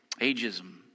ageism